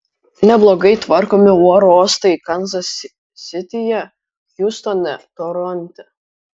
neblogai tvarkomi oro uostai kanzas sityje hjustone ir toronte